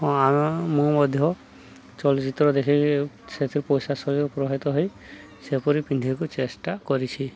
ହଁ ଆମେ ମୁଁ ମଧ୍ୟ ଚଳଚ୍ଚିତ୍ର ଦେଖାଇ ସେଥିରେ ପଇସା ଶୈଳ ପ୍ରଭାବିତ ହୋଇ ସେପରି ପିନ୍ଧିବାକୁ ଚେଷ୍ଟା କରିଛି